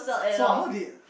so how did